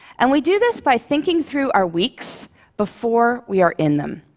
and we do this by thinking through our weeks before we are in them.